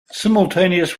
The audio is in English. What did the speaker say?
simultaneous